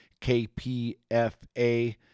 KPFA